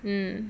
mm